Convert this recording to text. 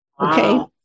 okay